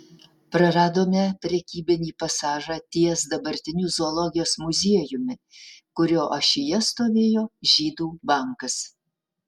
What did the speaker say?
praradome prekybinį pasažą ties dabartiniu zoologijos muziejumi kurio ašyje stovėjo žydų bankas